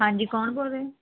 ਹਾਂਜੀ ਕੌਣ ਬੋਲ ਰਿਹਾ